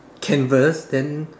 canvas then